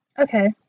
Okay